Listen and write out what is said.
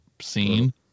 scene